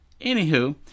Anywho